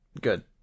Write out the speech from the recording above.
Good